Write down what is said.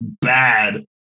bad